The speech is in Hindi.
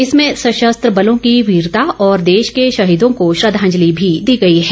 इसमें सशस्त्र बलों की वीरता और देश के शहीदों को श्रद्धांजलि भी दी गई है